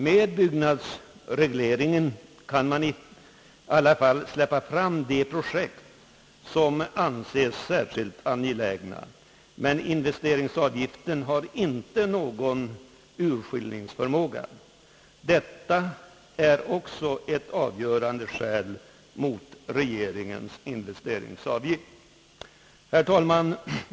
Med byggnadsregleringen kan man i alla fall släppa fram de projekt, som anses särskilt angelägna, men investeringsavgiften har inte någon urskillningsförmåga. Detta är också ett avgörande skäl mot regeringens investeringsavgift. Herr talman!